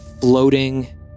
floating